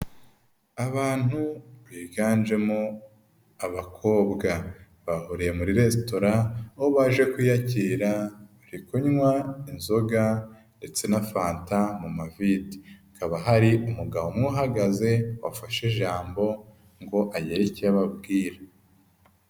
Abantu biganjemo abakobwa bahuriye muri resitora aho baje kuyakira bari kunywa inzoga ndetse na fanta mu mavide, hakaba hari umugabo umwe uhagaze wafashe ijambo ngo agere icyo ababwira.